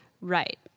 Right